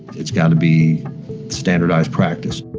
it's got to be standardized practice.